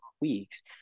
weeks